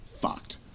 fucked